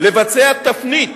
לבצע תפנית.